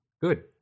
Good